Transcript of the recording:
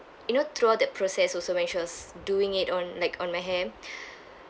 you know throughout that process also when she was doing it on like on my hair